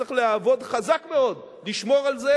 ונצטרך צריך לעבוד חזק מאוד לשמור על זה,